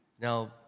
Now